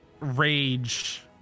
rage